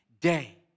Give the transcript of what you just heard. day